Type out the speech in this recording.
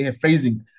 phrasing